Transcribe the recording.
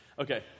Okay